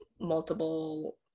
multiple